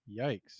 yikes